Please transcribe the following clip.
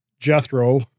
Jethro